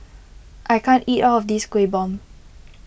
I can't eat all of this Kueh Bom